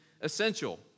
essential